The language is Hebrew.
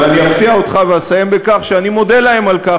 אבל אני אפתיע אותך ואסיים בכך שאני מודה להם על כך,